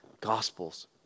Gospels